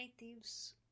natives